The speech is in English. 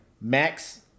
Max